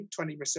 20%